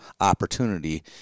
opportunity